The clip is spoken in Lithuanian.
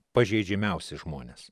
pažeidžiamiausi žmonės